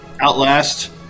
outlast